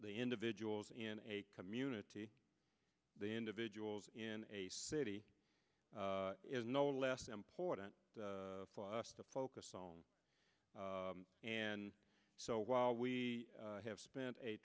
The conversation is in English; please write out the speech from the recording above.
the individuals in a community the individuals in a city is no less important for us to focus on and so while we have spent a